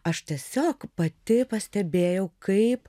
aš tiesiog pati pastebėjau kaip